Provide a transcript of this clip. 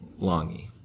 Longy